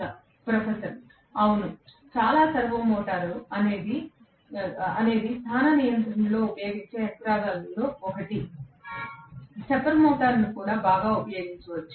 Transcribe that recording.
1736 professor అవును చాలా servo motor అనేది స్థాన నియంత్రణలో ఉపయోగించే యంత్రాంగాలలో ఒకటి స్టెప్పర్ మోటారును కూడా బాగా ఉపయోగించవచ్చు